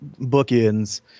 bookends